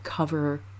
cover